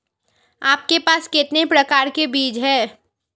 आपके पास कितने प्रकार के बीज हैं?